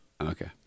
Okay